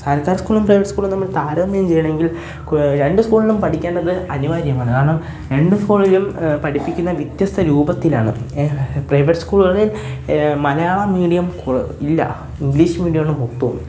സർക്കാർ സ്കൂളും പ്രൈവറ്റ് സ്കൂളും തമ്മിൽ താരതമ്യം ചെയ്യുകയാണെങ്കിൽ രണ്ട് സ്കൂളിലും പഠിക്കേണ്ടത് അനിവാര്യമാണ് കാരണം രണ്ട് സ്കൂളിലും പഠിപ്പിക്കുന്ന വ്യത്യസ്ത രൂപത്തിലാണ് പ്രൈവറ്റ് സ്കൂളിൽ മലയാള മീഡിയം ഇല്ല ഇംഗ്ലീഷ് മീഡിയമാണ് മൊത്തവും